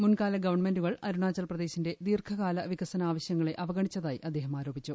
മുൻകാല ഗവൺമെന്റുകൾ അരുണാചൽ പ്രദേശിന്റെ ദീർഘകാല വികസന ആവശ്യങ്ങളെ അവഗണിച്ചതായി അദ്ദേഹം ആരോപിച്ചു